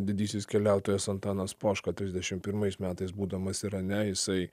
didysis keliautojas antanas poška trisdešimt pirmais metais būdamas irane jisai